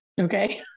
Okay